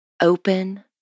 Open